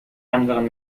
anderen